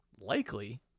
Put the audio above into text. likely